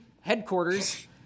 headquarters